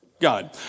God